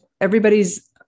everybody's